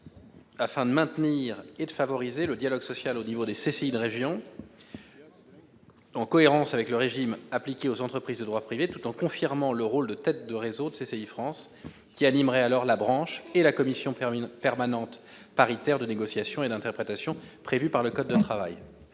vise à maintenir et à favoriser le dialogue social au niveau des CCI de région, en cohérence avec le régime appliqué aux entreprises de droit privé, tout en confirmant le rôle de tête de réseau de CCI France, qui animerait la branche et la commission paritaire permanente de négociation et d'interprétation prévue par le code du travail.